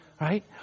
Right